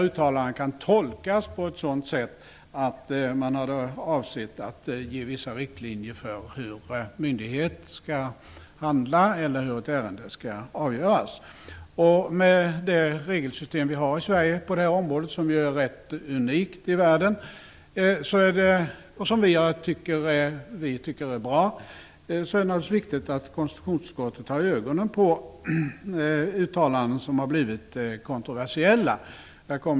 Uttalanden kan tolkas på ett sådant sätt att de har avsett att ge vissa riktlinjer för hur myndighet skall handla eller hur ett ärende skall avgöras. Med det regelsystem vi har i Sverige på området -- som är rätt unikt i världen och som vi tycker är bra -- är det naturligtvis viktigt att konstitutionsutskottet har ögonen på uttalanden som har blivit kontroversiella.